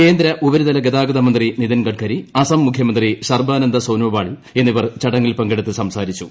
കേന്ദ്ര ഉപരിതല ഗതാഗതമന്ത്രി നിതിൻ ഗഡ്കരി അസം മുഖ്യമന്ത്രി സർബാനന്ദ സോനോവാൾ എന്നിവർ ചടങ്ങിൽ പങ്കെടുത്ത് സംസാരിച്ചു